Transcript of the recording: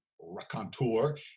raconteur